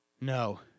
No